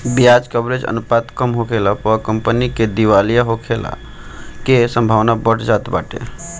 बियाज कवरेज अनुपात कम होखला पअ कंपनी के दिवालिया होखला के संभावना बढ़ जात बाटे